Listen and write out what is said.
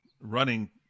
running